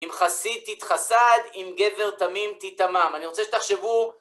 אם חסי, תתחסד, אם גבר תמים, תתאמם. אני רוצה שתחשבו...